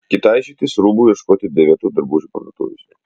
kita išeitis rūbų ieškoti dėvėtų drabužių parduotuvėse